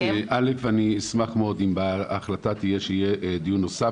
אני אשמח מאוד אם תהיה החלטה על דיון נוסף